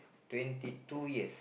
twenty two years